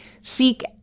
seek